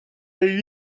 des